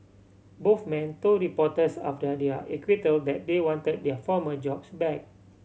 both men told reporters after their acquittal that they wanted their former jobs back